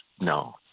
no